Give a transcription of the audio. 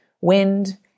Wind